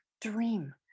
dream